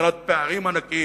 מבחינת פערים ענקיים,